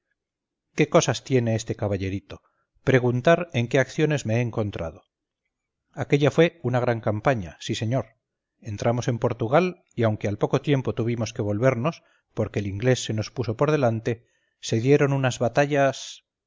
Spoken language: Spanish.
sarriá quécosas tiene este caballerito preguntar en qué acciones me he encontrado aquella fue una gran campaña sí señor entramos en portugal y aunque al poco tiempo tuvimos que volvernos porque el inglés se nos puso por delante se dieron unas batallas